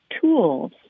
tools